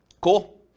cool